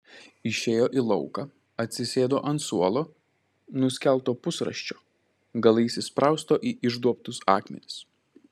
išėjo į lauką atsisėdo ant suolo nuskelto pusrąsčio galais įsprausto į išduobtus akmenis